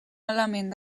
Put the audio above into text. element